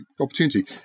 opportunity